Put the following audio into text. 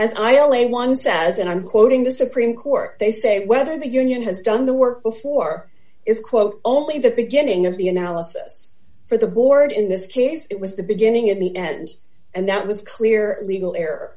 and i only ones that as and i'm quoting the supreme court they say whether the union has done the work before is quote only the beginning of the analysis for the board in this case it was the beginning of the end and that was clear legal